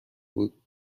بود